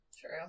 True